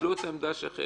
קיבלו את העמדה שלכם,